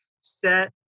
set